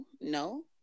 no